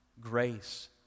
grace